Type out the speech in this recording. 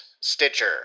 Stitcher